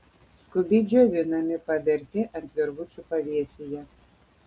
skubiai džiovinami paverti ant virvučių pavėsyje